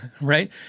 right